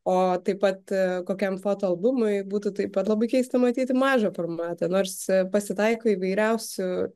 o taip pat kokiam fotoalbumui būtų taip pat labai keista matyti mažą formatą nors pasitaiko įvairiausių